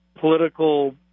political